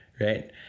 right